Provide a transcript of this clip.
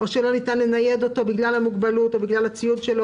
או שלא ניתן לנייד אותו בגלל המוגבלות או בגלל הציוד שלו